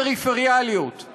פריפריאליות יותר.